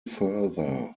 further